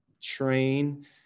train